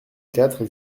quatre